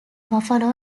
buffalo